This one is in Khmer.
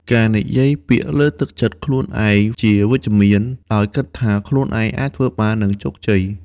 ការនិយាយពាក្យលើកទឹកចិត្តខ្លួនឯងជាវិជ្ជមាន ដោយគិតថាខ្លួនអាចធ្វើបានល្អ និងជោគជ័យ។